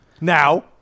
Now